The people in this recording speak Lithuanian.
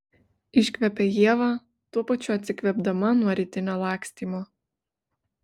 iškvepia ieva tuo pačiu atsikvėpdama nuo rytinio lakstymo